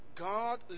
God